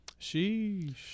sheesh